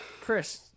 Chris